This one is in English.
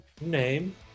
name